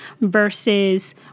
versus